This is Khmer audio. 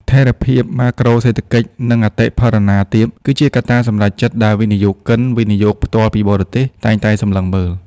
ថិរភាពម៉ាក្រូសេដ្ឋកិច្ច និងអតិផរណាទាប គឺជាកត្តាសម្រេចចិត្តដែលវិនិយោគិន វិនិយោគផ្ទាល់ពីបរទេស តែងតែសម្លឹងមើល។